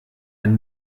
ein